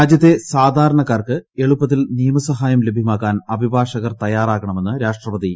രാജ്യത്തെ സാധാരണക്കാർക്ക് എളുപ്പത്തിൽ നിയമ സഹായം ലഭ്യമാക്കാൻ അഭിഭാഷകർ തയ്യാറാകണമെന്ന് രാഷ്ട്രപതി രാംനാഥ്കോവിന്ദ്